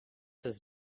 his